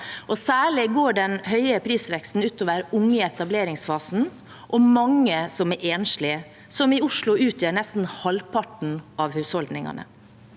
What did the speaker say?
Særlig går den høye prisveksten ut over unge i etableringsfasen og mange som er enslige, som i Oslo utgjør nesten halvparten av husholdningene.